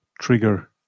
trigger